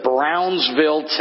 Brownsville